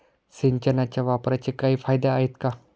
सिंचनाच्या वापराचे काही फायदे आहेत का?